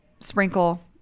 Sprinkle